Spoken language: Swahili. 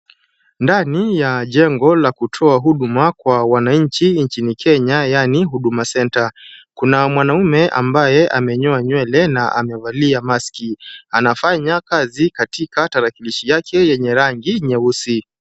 Ndani ya jengo la kutoa huduma kwa wananchi nchini Kenya yaani Huduma Center. Kuna mwanamume ambaye amenyoa nywele na amevalia maski. Anafanya kazi katika tarakilishi yake yenye rangi nyeusi.